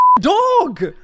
dog